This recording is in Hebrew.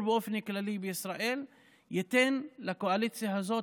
באופן כללי בישראל ייתן לקואליציה הזאת,